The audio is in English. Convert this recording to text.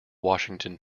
washington